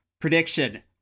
Prediction